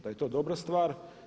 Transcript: Da je to dobra stvar.